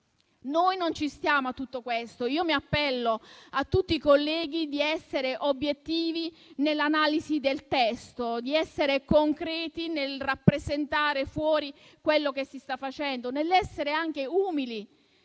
Noi non ci stiamo a tutto questo. Mi appello a tutti i colleghi invitandoli ad essere obiettivi nell'analisi del testo, concreti nel rappresentare fuori quello che si sta facendo ed anche umili